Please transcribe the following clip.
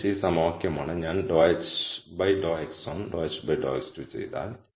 h ഈ സമവാക്യമാണ് ഞാൻ ∂h ∂x1 ∂h ∂x2 ചെയ്താൽ